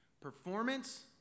Performance